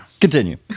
Continue